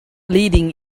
leading